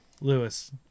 Lewis